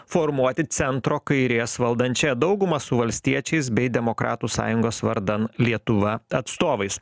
formuoti centro kairės valdančiąją daugumą su valstiečiais bei demokratų sąjungos vardan lietuva atstovais